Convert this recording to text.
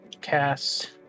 cast